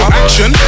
action